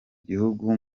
gihugu